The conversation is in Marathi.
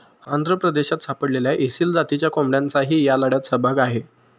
आंध्र प्रदेशात सापडलेल्या एसील जातीच्या कोंबड्यांचाही या लढ्यात सहभाग आहे